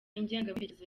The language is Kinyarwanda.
ingengabitekerezo